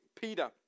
Peter